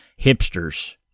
hipsters